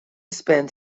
spent